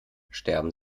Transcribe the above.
sterben